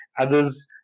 others